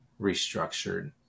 restructured